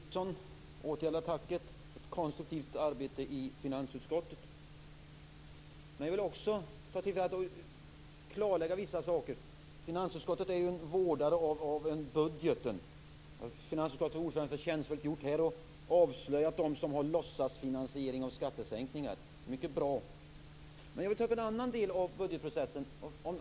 Fru talman! I likhet med Peter Eriksson vill jag återgälda tacket för ett konstruktivt arbete i finansutskottet. Jag vill också klarlägga vissa saker. Finansutskottet vårdar ju om budgeten, och finansutskottets ordförande har här förtjänstfullt avslöjat dem som för fram låtsasfinansieringar av skattesänkningar. Det är mycket bra. Jag vill ta upp en annan del av budgetprocessen.